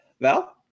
Val